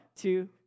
two